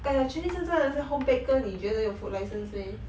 eh actually 现在那些 home baker 你觉得有 food licensing meh